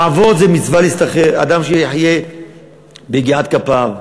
לעבוד, זו מצווה להשתכר, שאדם יחיה מיגיעת כפיו.